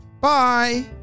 Bye